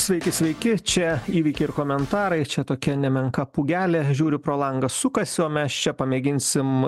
sveiki sveiki čia įvykiai ir komentarai čia tokia nemenka pūgelė žiūriu pro langą sukasi o mes čia pamėginsim